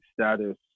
status